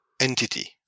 entity